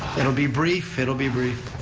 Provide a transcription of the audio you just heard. it'll be brief, it'll be brief.